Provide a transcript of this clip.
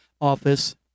office